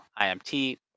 IMT